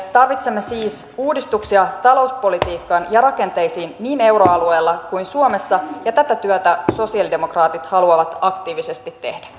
tarvitsemme siis uudistuksia talouspolitiikkaan ja rakenteisiin niin euroalueella kuin suomessa ja tätä työtä sosialidemokraatit haluavat aktiivisesti tehdä